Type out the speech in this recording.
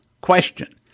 Question